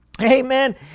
Amen